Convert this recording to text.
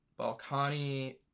Balkani